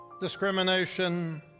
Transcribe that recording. discrimination